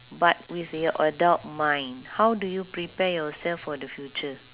but with your adult mind how do you prepare yourself for the future